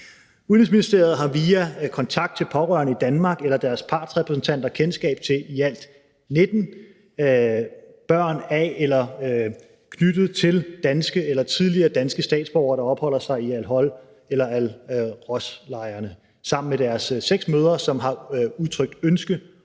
Udenrigsministeriet har via kontakt til pårørende i Danmark eller deres partsrepræsentanter kendskab til i alt 19 børn af eller knyttet til danske eller tidligere danske statsborgere, der opholder sig i al-Hol-lejren eller al-Roj-lejren sammen med deres 6 mødre, som har udtrykt ønske